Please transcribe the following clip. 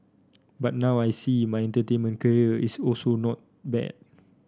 but now I see my entertainment career is also not bad